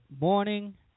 morning